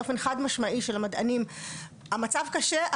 מדעני האו"ם מבהירים באופן חד משמעי שהמצב קשה,